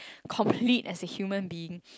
complete as a human being